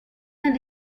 and